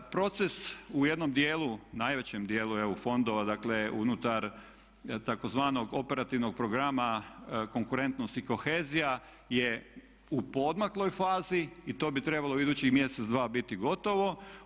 Proces u jednom dijelu, najvećem dijelu EU fondova, dakle unutar tzv. operativnog programa konkurentnost i kohezija je u poodmakloj fazi i to bi trebalo u idućih mjesec, dva biti gotovo.